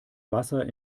wasser